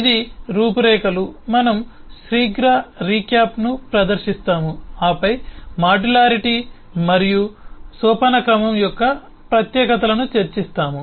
ఇది రూపురేఖలు మనం శీఘ్ర రీక్యాప్ను ప్రదర్శిస్తాము ఆపై మాడ్యులారిటీ మరియు సోపానక్రమం యొక్క ప్రత్యేకతలను చర్చిస్తాము